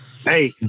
Hey